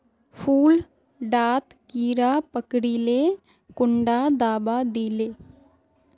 फुल डात कीड़ा पकरिले कुंडा दाबा दीले?